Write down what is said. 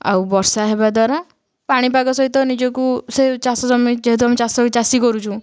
ଆଉ ବର୍ଷା ହେବା ଦ୍ୱାରା ପାଣିପାଗ ସହିତ ନିଜକୁ ସେ ଚାଷ ଜମି ଯେହେତୁ ଆମେ ଚାଷ ଚାଷୀ କରୁଛୁ